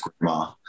Grandma